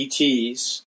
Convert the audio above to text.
ETs